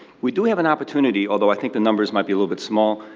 we do have an opportunity, although i think the numbers might be a little bit small,